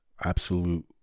absolute